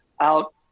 out